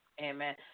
Amen